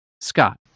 Scott